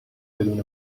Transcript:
بدون